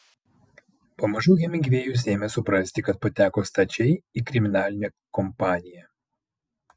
pamažu hemingvėjus ėmė suprasti kad pateko stačiai į kriminalinę kompaniją